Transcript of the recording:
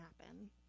happen